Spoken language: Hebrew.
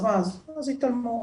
אז התעלמו.